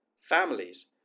Families